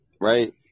right